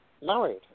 married